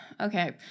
Okay